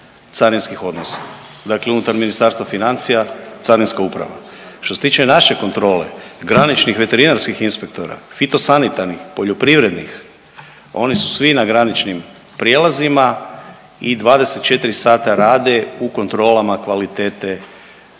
carinskih odnosa, dakle unutar Ministarstva financija Carinska uprava. Što se tiče naše kontrole, graničnih veterinarskih inspektora, fitosanitarnih, poljoprivrednih, oni su svi na graničnim prijelazima i 24 sata rade u kontrolama kvalitete